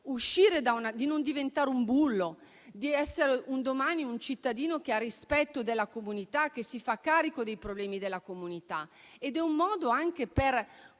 condizioni di non diventare un bullo, di essere un domani un cittadino che ha rispetto della comunità, che si fa carico dei problemi della comunità. È anche un modo per